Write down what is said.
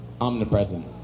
Omnipresent